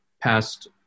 past